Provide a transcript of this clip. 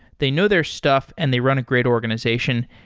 they know their stuff and they run a great organization.